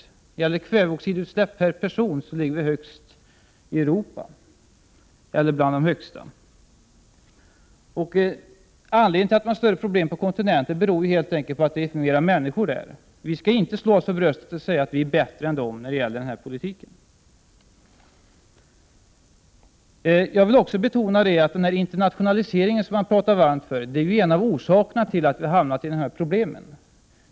När det gäller kväveoxidutsläpp per person hör Sverige till de länder som har det största utsläppet i Europa. Anledningen till att länder på kontinenten har större problem är helt enkelt den att det finns fler människor där. Vi skall inte slå oss för bröstet och säga att vi är bättre än dem när det gäller den här politiken. Jag vill också betona att internationaliseringen som man talar varmt för är en av orsakerna till att vi har fått de här problemen.